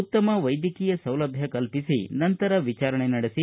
ಉತ್ತಮ ವೈದ್ಯಕೀಯ ಸೌಲಭ್ಯ ಕಲ್ಲಿಸಿ ನಂತರ ವಿಚಾರಣೆ ನಡೆಸಿ